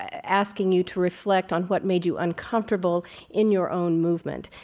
asking you to reflect on what made you uncomfortable in your own movement?